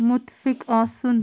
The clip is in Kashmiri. مُتفِق آسُن